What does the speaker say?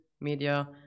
media